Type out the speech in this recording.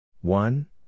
One